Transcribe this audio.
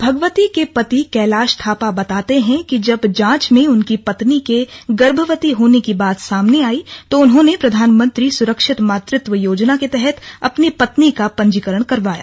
भगवती के पति कैलाश थापा बताते हैं कि जब जांच में उनकी पत्नी के गर्भवती होने की बात सामने आई तो उन्होंने प्रधानमंत्री सुरक्षित मातृत्व योजना के तहत अपनी पत्नी का पंजीकरण करवाया